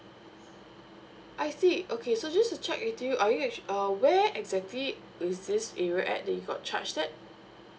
I see okay so just to check with you are you actually err where exactly is this area at you got charge at